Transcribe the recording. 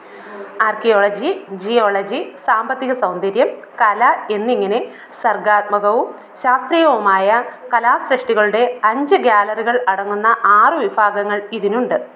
archaeology geology സാമ്പത്തിക സൗന്ദര്യം കല എന്നിങ്ങനെ സർഗ്ഗാത്മകവും ശാസ്ത്രീയവുമായ കലാസൃഷ്ടികളുടെ അഞ്ച് ഗാലറികൾ അടങ്ങുന്ന ആറ് വിഭാഗങ്ങൾ ഇതിനുണ്ട്